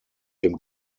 dem